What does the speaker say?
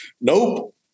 nope